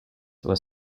was